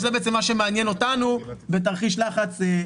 שזה בעצם מה שמעניין אותנו בתרחיש לחץ.